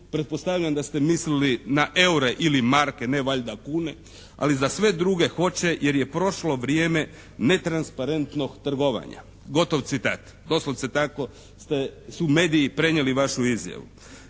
pretpostavljam da ste mislili na eura ili marke, ne valjda kune, ali za sve druge hoće jer je prošlo vrijeme netransparentnog trgovanja, gotovo citat, doslovce tako ste, su mediji prenijeli vašu izjavu.